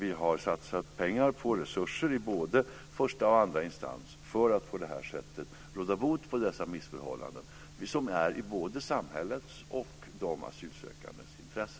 Vi har satsat pengar på resurser i både första och andra instans för att på det sättet råda bot på dessa missförhållanden. Det ligger i både samhällets och de asylsökandes intresse.